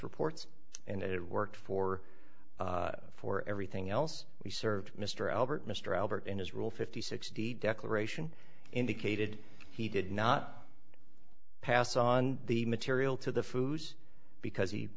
reports and it worked for for everything else we served mr albert mr albert and his rule fifty sixty declaration indicated he did not pass on the material to the food because he